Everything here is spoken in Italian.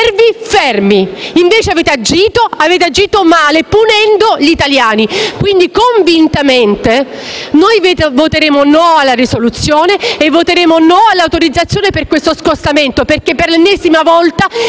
e lo avete fatto male, punendo gli italiani. Quindi, convintamente voteremo no alla risoluzione e voteremo no all'autorizzazione per lo scostamento, perché per l'ennesima volta si